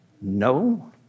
No